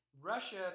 Russia